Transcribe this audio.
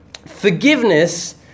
Forgiveness